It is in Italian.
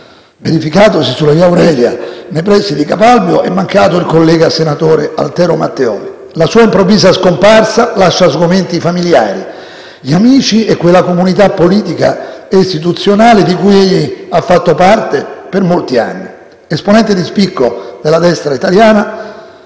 verificatosi sulla via Aurelia, nei pressi di Capalbio, è mancato il collega, senatore Altero Matteoli. La sua improvvisa scomparsa lascia sgomenti i familiari, gli amici e quella comunità politica e istituzionale di cui egli ha fatto parte per molti anni. Esponente di spicco della destra italiana,